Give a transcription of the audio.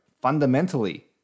fundamentally